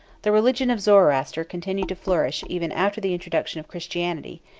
the religion of zoroaster continued to flourish even after the introduction of christianity,